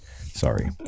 sorry